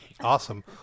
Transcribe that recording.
awesome